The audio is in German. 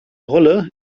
rolle